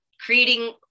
creating